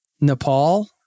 Nepal